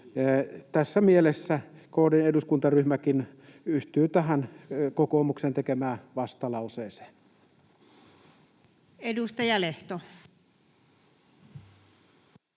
Tässä mielessä KD:n eduskuntaryhmäkin yhtyy tähän kokoomuksen tekemään vastalauseeseen. [Speech